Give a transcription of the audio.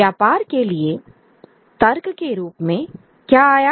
व्यापार के लिए तर्क के रूप में क्या आया